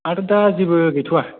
आरो दा जेबो गैथ'वा